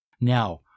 Now